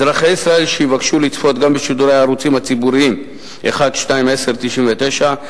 היישוב מדורג באשכול 9 מתוך 10. תושבי תרשיחא,